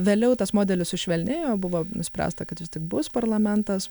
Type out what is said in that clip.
vėliau tas modelis sušvelnėjo buvo nuspręsta kad vis tik bus parlamentas